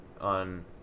on